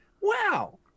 Wow